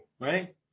right